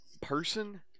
person